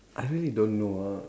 I really don't know uh